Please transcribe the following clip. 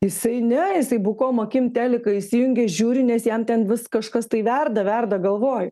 jisai ne jisai bukom akim teliką įsijungia žiūri nes jam ten vis kažkas tai verda verda galvoj